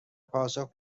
پاسخ